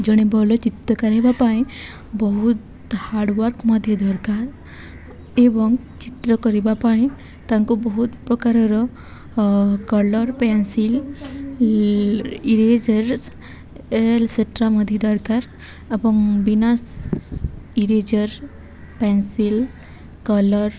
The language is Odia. ଜଣେ ଭଲ ଚିତ୍ର କରିବା ପାଇଁ ବହୁତ ହାର୍ଡ଼ୱାର୍କ ମଧ୍ୟ ଦରକାର ଏବଂ ଚିତ୍ର କରିବା ପାଇଁ ତାଙ୍କୁ ବହୁତ ପ୍ରକାରର କଲର୍ ପେନସିଲ୍ ଇରେଜରସ୍ ଏକ୍ସଟ୍ରା ମଧ୍ୟ ଦରକାର ଏବଂ ବିନା ଇରେଜର୍ ପେନସିଲ୍ କଲର୍